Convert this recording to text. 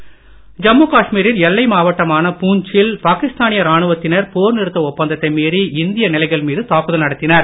அத்துமீறல் ஜம்மு காஷ்மீரில் எல்லை மாவட்டமான பூஞ்ச் சில் பாகிஸ்தானிய ராணுவத்தினர் போர் நிறுத்த ஒப்பந்த த்தை மீறி இந்திய நிலைகள் மீது தாக்குதல் நடத்தினர்